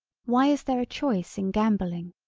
why is there a choice in gamboling.